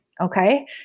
okay